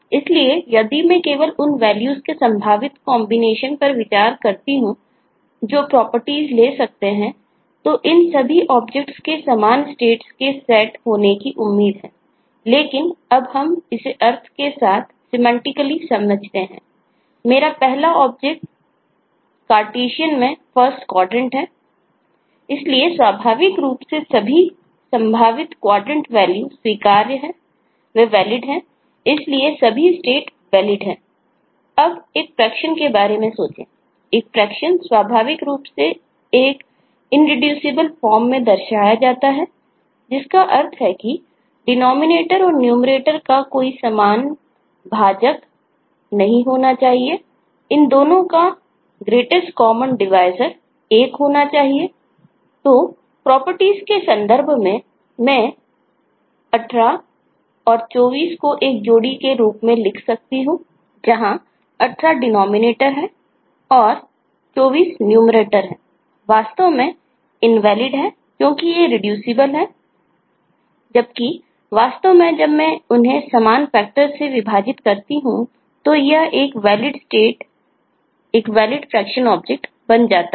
इसलिए स्वाभाविक रूप से सभी संभावित क्वाड्रेंट वैल्यू बन जाता है